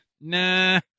nah